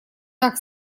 так